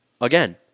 Again